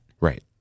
Right